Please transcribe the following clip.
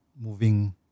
moving